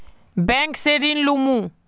Bank से ऋण लुमू?